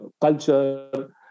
culture